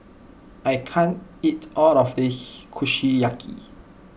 I can't eat all of this Kushiyaki